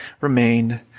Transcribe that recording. remained